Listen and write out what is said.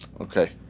Okay